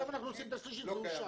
עכשיו אנחנו עושים את השלישית והוא שם.